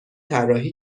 طراحی